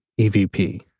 EVP